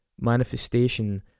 manifestation